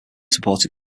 supported